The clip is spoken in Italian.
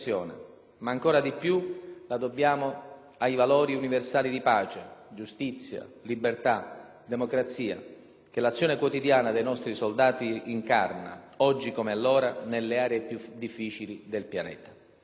che l'azione quotidiana dei nostri soldati incarna, oggi come allora, nelle aree più difficili del pianeta.